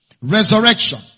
Resurrection